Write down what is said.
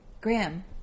Graham